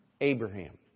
Abraham